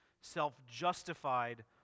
self-justified